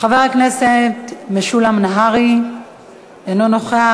חבר הכנסת משולם נהרי, אינו נוכח.